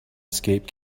escape